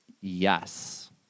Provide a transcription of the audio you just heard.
Yes